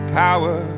power